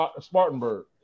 Spartanburg